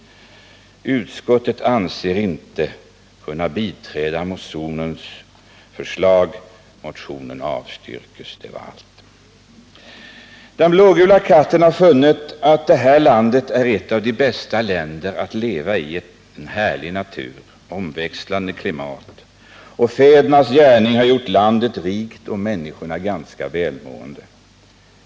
”Utskottet anser sig inte kunna biträda motionsförslaget. Motionen avstyrks.” — Det var allt. Den blågula katten har funnit att det här landet är ett av de bästa länder att leva i: en härlig natur, omväxlande klimat och fädernas gärning har gjort landet rikt och människorna ganska välmående.